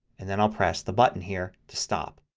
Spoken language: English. and then i'll press the button here to stop.